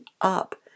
up